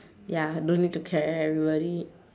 ya don't need to care everybody